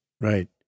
Right